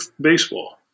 baseball